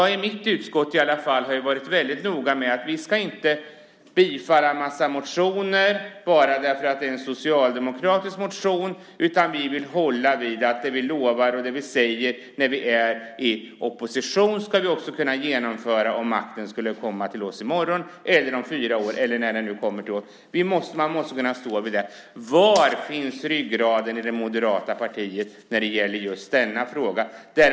I mitt utskott har vi varit väldigt noga med att inte yrka bifall till en massa motioner bara därför att det är socialdemokratiska motioner, utan vi vill hålla det vi lovar. Det vi säger när vi är i opposition ska vi kunna genomföra om makten skulle komma till oss i morgon, om fyra år eller när den nu kommer. Man måste kunna stå för det. Var finns ryggraden i det moderata partiet när det gäller just denna fråga?